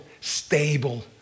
stable